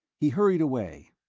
he hurried away,